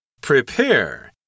Prepare